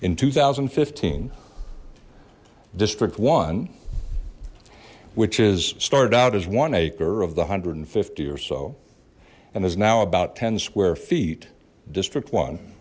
in two thousand and fifteen district one which is started out as one acre of the hundred and fifty or so and is now about ten square feet district one